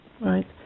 Right